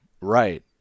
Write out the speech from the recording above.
right